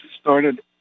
started